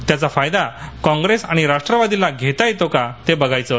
त्याचा फायदा कॉप्रेस आणि राष्ट्रवादीला घेता येतो का ते बघायचं